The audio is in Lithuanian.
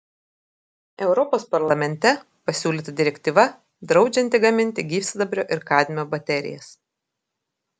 europos parlamente pasiūlyta direktyva draudžianti gaminti gyvsidabrio ir kadmio baterijas